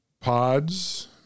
pods